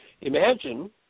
imagine